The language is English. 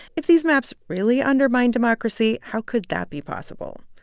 if these maps really undermine democracy, how could that be possible?